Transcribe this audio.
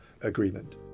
agreement